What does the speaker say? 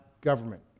government